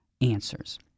answers